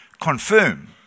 confirm